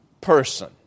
person